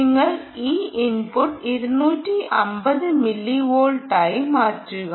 നിങ്ങൾ ഈ ഇൻപുട്ട് 250 മില്ലി വോൾട്ടായി മാറ്റുക